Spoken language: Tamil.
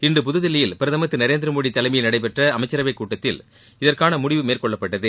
இன்று புதுதில்லியில் பிரதமர் திரு நரேந்திரமோடி தலைமையில் நடைபெற்ற அமைச்சரவைக்கூட்டத்தில் இதற்கான முடிவு மேற்கொள்ளப்பட்டது